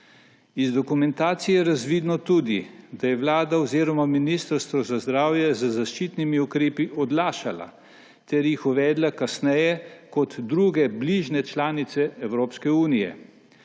Iz dokumentacije je tudi razvidno. da je Vlada oziroma Ministrstvo za zdravje z zaščitnimi ukrepi odlašala ter jih uvedla kasneje kot druge, bližnje članice Evropske unije.